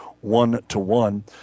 one-to-one